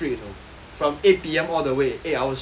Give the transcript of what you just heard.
from eight P_M all the way eight hours straight